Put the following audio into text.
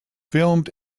filmed